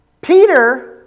Peter